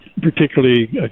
particularly